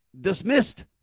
dismissed